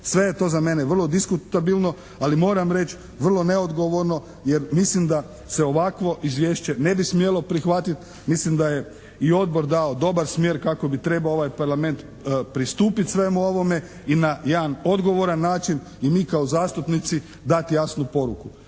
Sve je to za mene vrlo diskutabilno, ali moram reći vrlo neodgovornost jer mislim da se ovakvo izvješće ne bi smjelo prihvatiti. Mislim da je i Odbor dao dobar smjer kako bi trebao ovaj Parlament pristupiti svemu ovome i na jedan odgovoran način i mi kao zastupnici dati jasnu poruku.